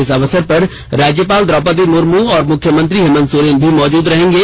इस अवसर पर राज्यपाल द्रोपदी मुर्मू और मुख्यमंत्री हेंमत सोरेन भी मौजूद रहेगें